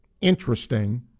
interesting